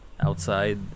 outside